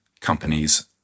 companies